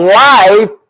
life